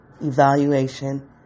evaluation